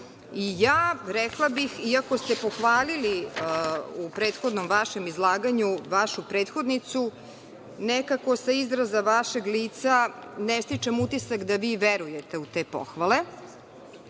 i rekla bih, iako ste pohvalili u prethodnom vašem izlaganju vašu prethodnicu nekako sa izraza vašeg lica ne stičem utisak da vi verujete u te pohvale.